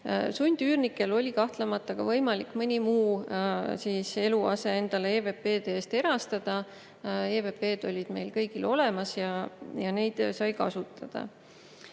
Sundüürnikel oli kahtlemata võimalik mõni muu eluase endale EVP‑de eest erastada. EVP‑d olid meil kõigil olemas ja neid sai kasutada.